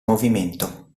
movimento